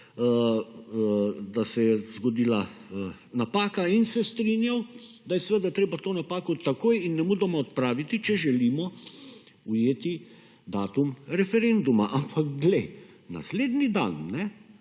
da se je zgodila napaka in se strinjal, da je seveda treba to napako takoj in nemudoma odpraviti, če želimo ujeti datum referenduma. Ampak, glej, naslednji dan,